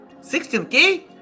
16k